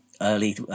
early